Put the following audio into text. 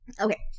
Okay